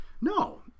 no